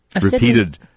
repeated